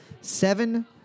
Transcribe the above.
seven